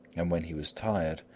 and when he was tired,